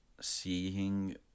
seeing